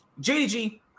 JDG